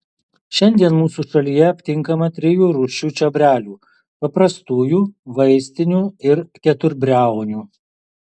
šiandien mūsų šalyje aptinkama trijų rūšių čiobrelių paprastųjų vaistinių ir keturbriaunių